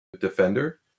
defender